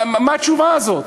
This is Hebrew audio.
מה התשובה הזאת?